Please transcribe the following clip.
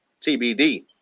TBD